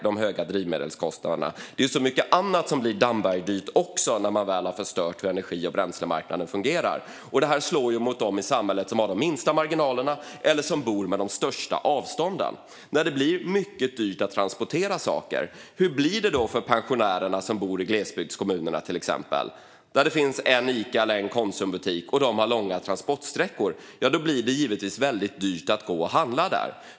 Det är så mycket annat som också blir Damberdyrt när man väl har förstört energi och bränslemarknaden. Detta slår mot dem i samhället som har de minsta marginalerna eller bor med största avstånden. När det bli mycket dyrt med transporter, hur blir det då för pensionärer i glesbygdskommuner med en Ica eller Konsumbutik? Då blir det givetvis dyrt att handla.